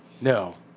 No